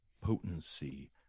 potency